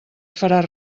faràs